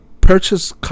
Purchase